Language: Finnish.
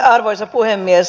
arvoisa puhemies